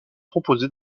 proposées